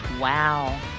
Wow